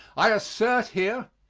i assert here,